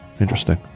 Interesting